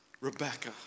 Rebecca